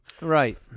Right